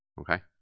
Okay